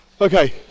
okay